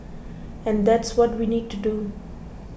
and that's what we need to do